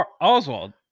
Oswald